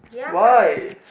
why